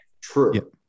true